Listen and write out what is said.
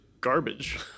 garbage